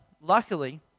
luckily